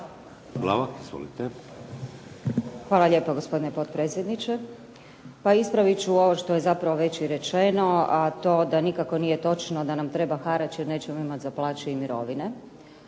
Sunčana (HDZ)** Hvala lijepo. Gospodine potpredsjedniče. Pa ispravit ću ovo što je zapravo već i rečeno a to da nikako nije točno da nam treba harač jer nećemo imati za plaće i mirovine.